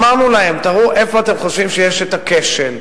ואמרנו להם: תראו איפה אתם חושבים שיש הכשל,